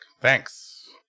Thanks